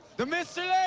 the mystery